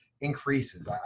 increases